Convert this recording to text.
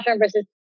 versus